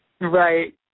Right